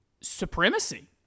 supremacy